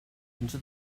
into